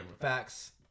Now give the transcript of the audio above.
Facts